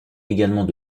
également